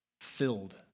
filled